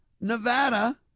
Nevada